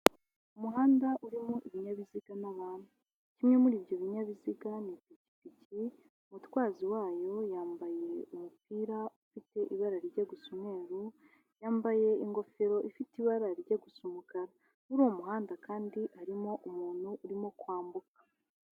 Umuhanda urimo ibinyabiziga n'abantu. Kimwe muri ibyo binyabiziga ni ipikipiki, umutwazi wayo yambaye umupira ufite ibara rijya gusa umweru, yambaye ingofero ifite ibara rijya gusa umukara. Muri uwo muhanda kandi harimo umuntu urimo kwambuka.